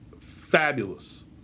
fabulous